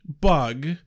bug